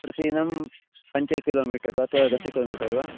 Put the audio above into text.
प्रतिदिनं पञ्च किलोमीटर् वा अथवा दश किलोमिटर् वा